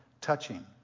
touching